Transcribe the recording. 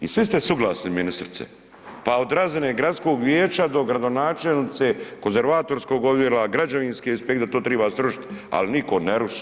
I svi ste suglasni ministrice, pa od razine gradskog vijeća do gradonačelnice konzervatorskog odjela, građevinske inspekcije da to triba srušit, ali niko ne ruši.